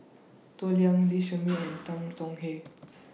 Toh Liying Lee Shermay and Tan Tong Hye